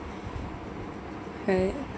right